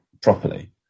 properly